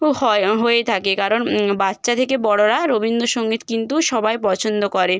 হয় ও হয়ে থাকে কারণ বাচ্চা থেকে বড়রা রবীন্দ্রসঙ্গীত কিন্তু সবাই পছন্দ করে